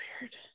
weird